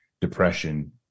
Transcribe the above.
depression